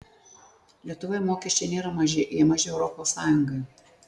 lietuvoje mokesčiai nėra maži jie maži europos sąjungai